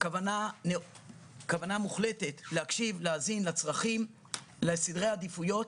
כוונה מוחלטת להאזין לצרכים ולסדרי העדיפויות.